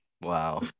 Wow